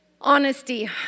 Honesty